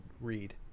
read